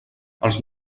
els